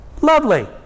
Lovely